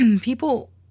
People